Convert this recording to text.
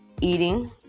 eating